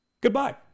Goodbye